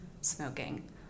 smoking